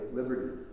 liberty